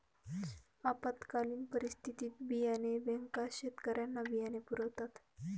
आपत्कालीन परिस्थितीत बियाणे बँका शेतकऱ्यांना बियाणे पुरवतात